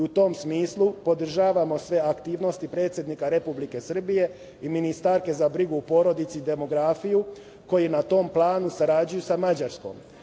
U tom smislu, podržavamo sve aktivnosti predsednika Republike Srbije i ministarke za brigu o porodici i demografiju, koji na tom planu sarađuju sa Mađarskom. Naime,